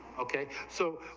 ok so,